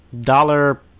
Dollar